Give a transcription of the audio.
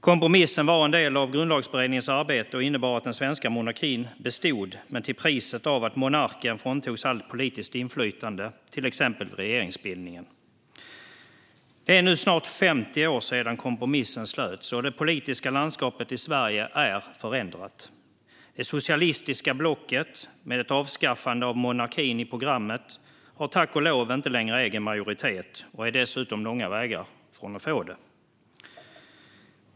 Kompromissen var en del av Grundlagsberedningens arbete och innebar att den svenska monarkin bestod men till priset av att monarken fråntogs allt politiskt inflytande, till exempel vid regeringsbildningen. Det är nu snart 50 år sedan kompromissen slöts, och det politiska landskapet i Sverige är förändrat. Det socialistiska blocket, med ett avskaffande av monarkin i programmet, har tack och lov inte längre egen majoritet och är dessutom långa vägar från att få det.